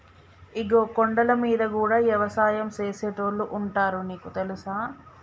ఇగో కొండలమీద గూడా యవసాయం సేసేటోళ్లు ఉంటారు నీకు తెలుసా